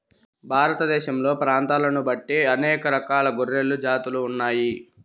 భారతదేశంలో ప్రాంతాలను బట్టి అనేక రకాల గొర్రెల జాతులు ఉన్నాయి